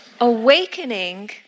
Awakening